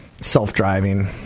self-driving